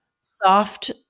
soft